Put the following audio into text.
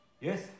Yes